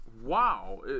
Wow